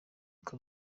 uko